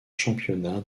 championnats